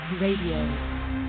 radio